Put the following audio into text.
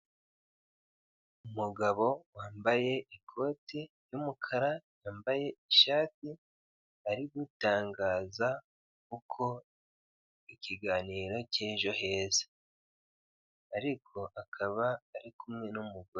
Umugabo wambaye ikote y'umukara ,wambaye ishati ,ari gutangaza uko ikiganiro cy'ejo heza, ariko akaba ari kumwe n'umugore.